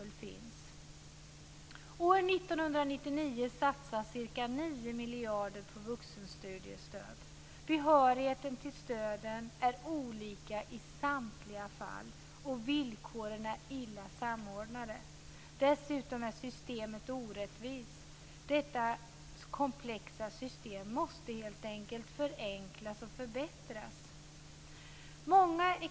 År 1999 satsas ca 9 miljarder på vuxenstudiestöd. Behörigheten till stöden är olika i samtliga fall, och villkoren är illa samordnade. Dessutom är systemet orättvist. Detta komplexa system måste förenklas och förbättras.